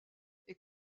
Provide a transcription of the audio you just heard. est